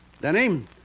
Danny